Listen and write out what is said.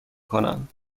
کنند